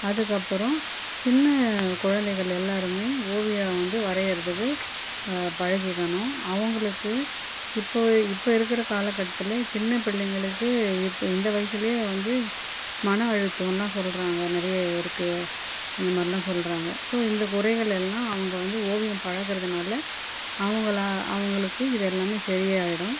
அதுக்கப்புறம் சின்னக்குழந்தைகள் எல்லாருமே ஓவியம் வந்து வரையுறதுக்கு பழகிக்கணும் அவங்களுக்கு இப்போவே இப்போ இருக்கிற காலக்கட்டத்தில் சின்னப்பிள்ளைங்களுக்கு இப்போ இந்த வயசுலயே வந்து மன அழுத்தம்லாம் சொல்கிறாங்க நெறைய இருக்கு அந்தமாதிரிலாம் சொல்கிறாங்க ஸோ இந்த குறைகள் எல்லாம் அவங்க வந்து ஓவியம் பழகறதுனால் அவங்களா அவங்களுக்கு இது எல்லாமே சரி ஆகிடும்